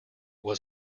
was